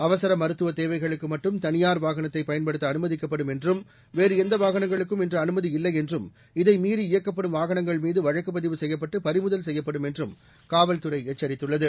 அவசர மருத்துவ தேவைகளுக்கு மட்டும் தனியார் வாகனத்தை பயன்படுத்த அனுமதிக்கப்படும் என்றும் வேறு எந்த வாகனங்களுக்கும் இன்று அனுமதியில்லை என்றும் இதை மீறி இயக்கப்படும் வாகனங்கள்மீது வழக்குப் பதிவு செய்யப்பட்டு பறிமுதல் செய்யப்படும் என்றும் காவல்துறை எச்சரித்துள்ளது